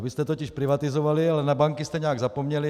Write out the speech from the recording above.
Vy jste totiž privatizovali, ale na banky jste nějak zapomněli.